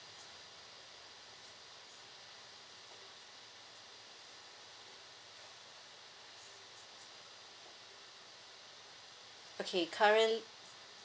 okay current